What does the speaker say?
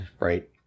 Right